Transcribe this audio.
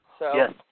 Yes